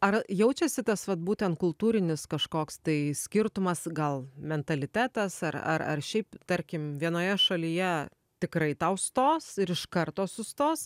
ar jaučiasi tas vat būtent kultūrinis kažkoks tai skirtumas gal mentalitetas ar ar ar šiaip tarkim vienoje šalyje tikrai tau stos ir iš karto sustos